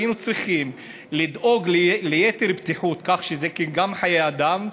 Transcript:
שהיינו צריכים לדאוג ליתר בטיחות כי זה גם חיי אדם,